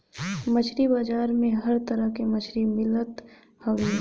मछरी बाजार में हर तरह के मछरी मिलत हवे